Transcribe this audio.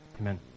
Amen